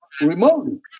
Remotely